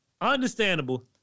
understandable